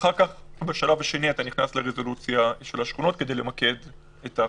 אחר כך בשלב השני אתה נכנס לרזולוציה של השכונות כדי למקד את ההחלטה.